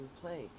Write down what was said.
play